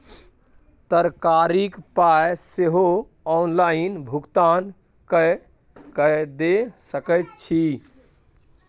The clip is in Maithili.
तरकारीक पाय सेहो ऑनलाइन भुगतान कए कय दए सकैत छी